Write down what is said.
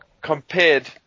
Compared